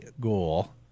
goal